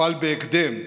אפעל בהקדם,